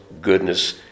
goodness